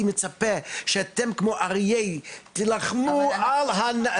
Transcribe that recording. מצפה מכם שאתם כמו אריות תילחמו על הנחל.